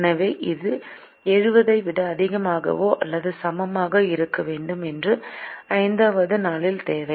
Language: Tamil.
எனவே இது 70 ஐ விட அதிகமாகவோ அல்லது சமமாகவோ இருக்க வேண்டும் இது 5 வது நாளின் தேவை